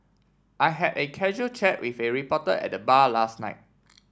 I had a casual chat with a reporter at bar last night